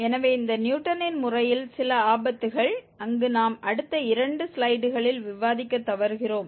எனவே இந்த நியூட்டனின் முறையின் சில ஆபத்துக்கள் அங்கு நாம் அடுத்த இரண்டு ஸ்லைடுகளில் விவாதிக்கத் தவறுகிறோம்